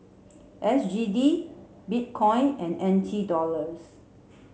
S G D Bitcoin and N T Dollars